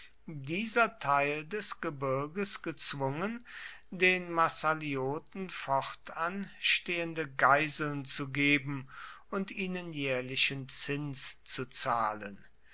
dieser teil des gebirges gezwungen den massalioten fortan stehende geiseln zu geben und ihnen jährlichen zins zu zahlen